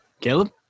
Caleb